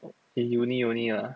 in uni only ah